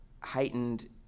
heightened